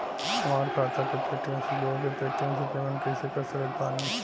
हमार खाता के पेटीएम से जोड़ के पेटीएम से पेमेंट कइसे कर सकत बानी?